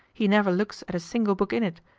he never looks at a single book in it,